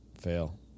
Fail